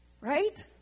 Right